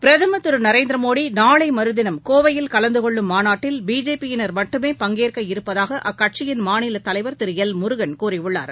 பிரதமர் திரு நரேந்திர மோடி நாளை மறுதினம் கோவையில் கலந்துகொள்ளும் மாநாட்டில் பிஜேபி யினர் மட்டுமே பங்கேற்க இருப்பதாக அக்கட்சியின் மாநில தலைவர் திரு எல் முருகன் கூறியுள்ளார்